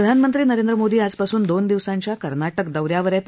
प्रधानमंत्री नरेंद्र मोदी आजपासून दोन दिवसांच्या कर्नाटक दौ यावर आहेत